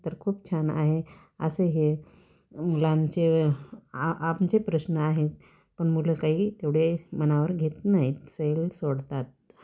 तर खूप छान आहे असे हे मुलांचे आ आमचे प्रश्न आहेत पण मुलं काही तेवढे मनावर घेत नाहीत सैल सोडतात